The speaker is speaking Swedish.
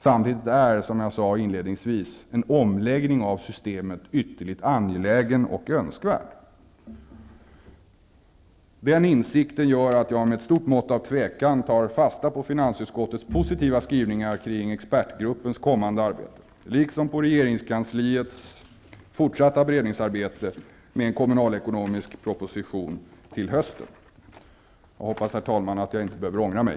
Samtidigt är, som jag sade inledningsvis, en omläggning av systemet ytterligt angelägen och önskvärd. Den insikten gör att jag med ett stort mått av tvekan tar fasta på finansutskottets positiva skrivningar kring expertgruppens kommande arbete, liksom på regeringskansliets fortsatta beredningsarbete med en kommunalekonomisk proposition till hösten. Jag hoppas, herr talman, att jag inte behöver ångra mig.